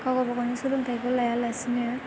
गावबा गावनि सोलोंथाइखौ लायालासिनो